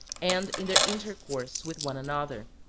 and in their intercourse with one another.